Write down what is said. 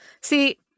See